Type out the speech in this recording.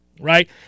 Right